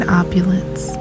opulence